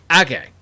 Okay